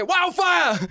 Wildfire